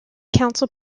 council